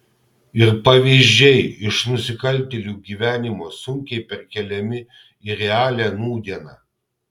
ir pavyzdžiai iš nusikaltėlių gyvenimo sunkiai perkeliami į realią nūdieną